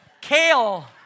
kale